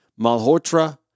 Malhotra